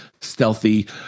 stealthy